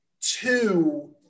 two